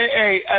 Hey